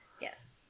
yes